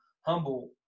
humble